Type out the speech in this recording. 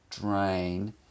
drain